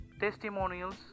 testimonials